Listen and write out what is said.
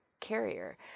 carrier